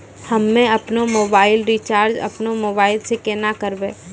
हम्मे आपनौ mobile recharge आपनौ मोबाइल से केना करवै?